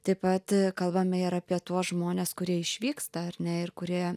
taip pat kalbame ir apie tuos žmones kurie išvyksta ar ne ir kurie